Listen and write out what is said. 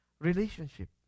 relationship